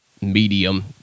medium